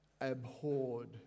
abhorred